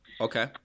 Okay